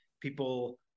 people